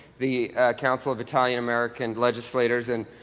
the council of italian american legislators, and,